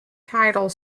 title